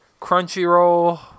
Crunchyroll